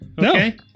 Okay